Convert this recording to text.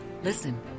Listen